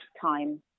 time